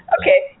okay